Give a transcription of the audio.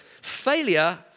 failure